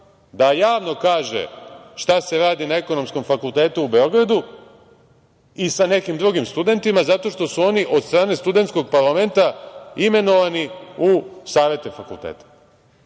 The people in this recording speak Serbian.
da javno kaže šta se radi na Ekonomskom fakultetu u Beogradu i sa nekim drugim studentima zato što su oni od strane studentskog parlamenta imenovani u savete fakulteta.